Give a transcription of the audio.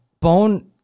bone